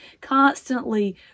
constantly